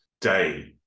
day